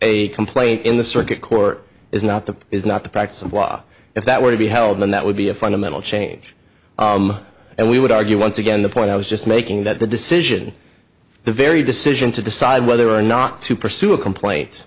a complaint in the circuit court is not the is not the practice of law if that were to be held then that would be a fundamental change and we would argue once again the point i was just making that the decision the very decision to decide whether or not to pursue a complaint